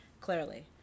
clearly